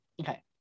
Okay